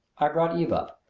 i brought eve up.